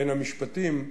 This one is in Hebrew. בין המשפטים,